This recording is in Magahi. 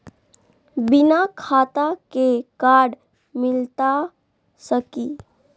बिना खाता के कार्ड मिलता सकी?